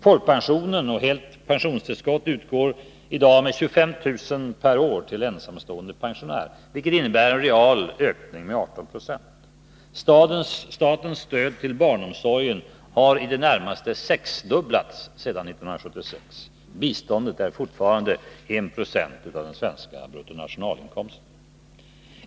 Folkpension och helt pensionstillskott utgår i dag med 25 000 per en ensamstående pensionär, vilket är en real ökning med 18 96. Statens stöd till barnomsorgen har i det närmaste sexdubblats sedan 1976. Biståndet är fortfarande 1 96 av den svenska bruttonationalinkomsten.